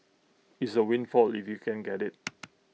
it's A windfall if you can get IT